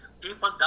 people